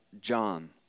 John